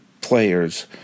players